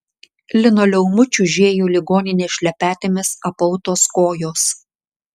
linoleumu čiužėjo ligoninės šlepetėmis apautos kojos